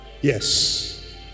Yes